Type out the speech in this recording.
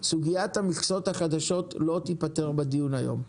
סוגיית המכסות החדשות לא תיפתר בדיון היום.